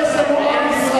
היום יש לנו עם ישראלי,